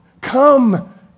come